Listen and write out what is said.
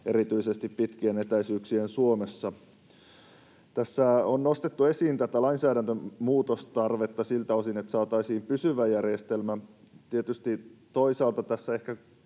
erityisesti pitkien etäisyyksien Suomessa. Tässä on nostettu esiin tätä lainsäädännön muutostarvetta siltä osin, että saataisiin pysyvä järjestelmä. Tietysti toisaalta tässä ehkä